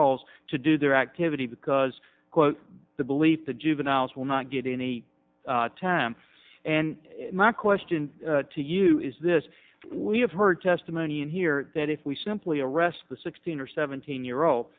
olds to do their activity because quote the belief the juveniles will not get any time and not question to you is this we have heard testimony in here that if we simply arrest the sixteen or seventeen year old